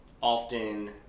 often